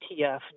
ETF